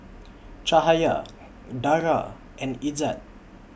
Cahaya Dara and Izzat